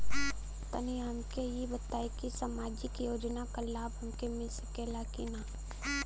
तनि हमके इ बताईं की सामाजिक योजना क लाभ हमके मिल सकेला की ना?